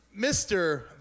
Mr